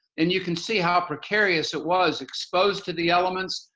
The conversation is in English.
and you can see how precarious it was exposed to the elements,